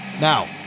Now